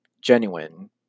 genuine